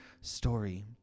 story